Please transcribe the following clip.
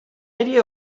idea